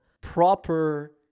proper